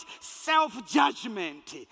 self-judgment